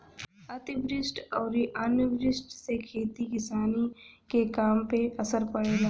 अतिवृष्टि अउरी अनावृष्टि से खेती किसानी के काम पे असर पड़ेला